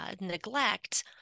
neglect